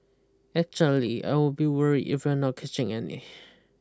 actually I would be worried if we're not catching any